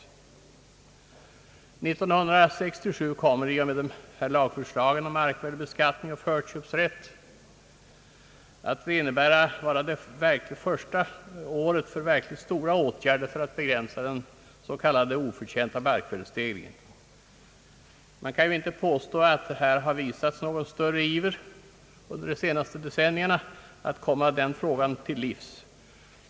År 1967 kommer genom lagförslagen om markvärdebeskattning och förköpsrätt att vara det första året för verkligt stora åtgärder för att begränsa den s.k. oförtjänta markvärdestegringen. Man kan inte påstå att regeringen visat någon större iver under de senaste decennierna att komma den frågan till livs.